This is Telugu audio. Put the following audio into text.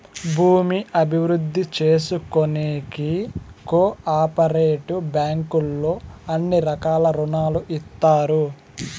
భూమి అభివృద్ధి చేసుకోనీకి కో ఆపరేటివ్ బ్యాంకుల్లో అన్ని రకాల రుణాలు ఇత్తారు